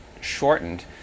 shortened